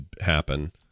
happen